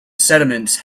sediments